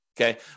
Okay